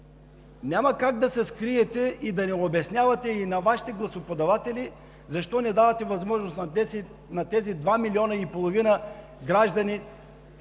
няма как да се скриете и да не обяснявате и на Вашите гласоподаватели защо не давате възможност на тези два милиона и половина граждани